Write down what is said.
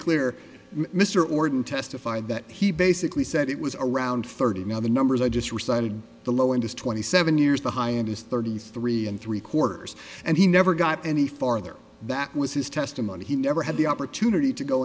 clear mr orden testified that he basically said it was around thirty now the numbers i just recited the low end is twenty seven years the high end is thirty three and three quarters and he never got any farther that was his testimony he never had the opportunity to go